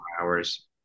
hours